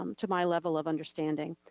um to my level of understanding.